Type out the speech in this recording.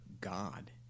God